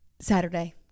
Saturday